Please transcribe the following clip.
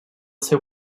seu